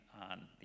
on